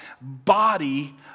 body